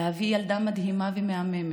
להביא לעולם ילדה מדהימה ומהממת,